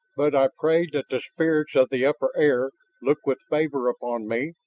but i prayed that the spirits of the upper air look with favor upon me,